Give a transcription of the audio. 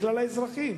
כלל האזרחים.